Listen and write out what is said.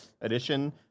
edition